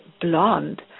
blonde